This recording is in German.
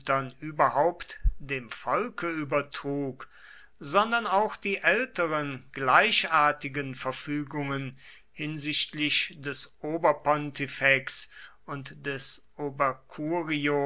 überhaupt dem volke übertrug sondern auch die älteren gleichartigen verfügungen hinsichtlich des oberpontifex und des